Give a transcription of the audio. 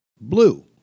blue